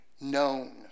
known